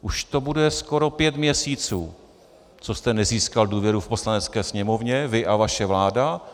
Už to bude skoro pět měsíců, co jste nezískal důvěru v Poslanecké sněmovně, vy a vaše vláda.